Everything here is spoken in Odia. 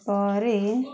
ପରେ